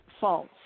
false